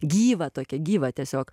gyva tokia gyva tiesiog